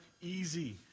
easy